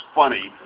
funny